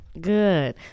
Good